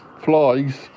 Flies